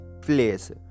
place